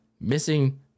missing